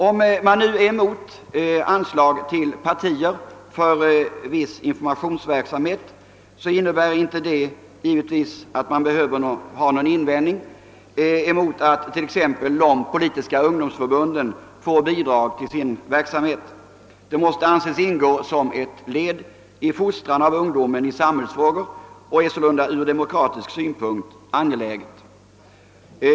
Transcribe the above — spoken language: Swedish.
Om man är emot anslag till partier för viss informationsverksamhet innebär det självfallet inte att man behöver ha någon invändning emot att t.ex. de politiska ungdomsförbunden får bidrag till sin verksamhet. Det måste anses ingå som ett led i fostran av ungdomen i samhällsfrågor och är således från demokratisk synpunkt angeläget.